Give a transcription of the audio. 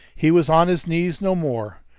he was on his knees no more,